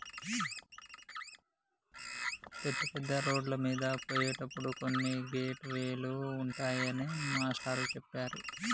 పెద్ద పెద్ద రోడ్లమీద పోయేటప్పుడు కొన్ని గేట్ వే లు ఉంటాయని మాస్టారు చెప్పారు